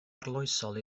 arloesol